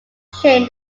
shane